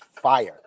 fire